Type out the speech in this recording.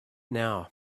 now